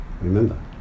Remember